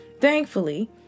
Thankfully